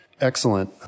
Excellent